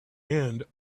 end